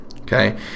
okay